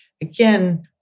again